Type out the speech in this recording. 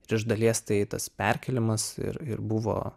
ir iš dalies tai tas perkėlimas ir ir buvo